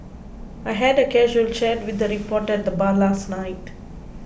I had a casual chat with a reporter at the bar last night